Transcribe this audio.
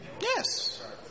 Yes